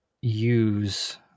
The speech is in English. use